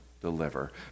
deliver